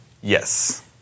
Yes